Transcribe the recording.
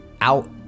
out